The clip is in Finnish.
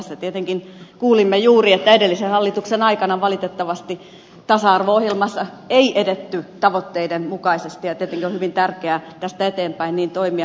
tässä tietenkin kuulimme juuri että edellisen hallituksen aikana valitettavasti tasa arvo ohjelmassa ei edetty tavoitteiden mukaisesti ja tietenkin on hyvin tärkeää tästä eteenpäin niin toimia